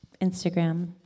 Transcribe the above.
Instagram